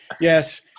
Yes